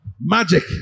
magic